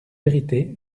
vérité